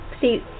see